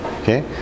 okay